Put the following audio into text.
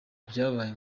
byabaye